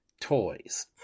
Toys